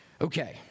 Okay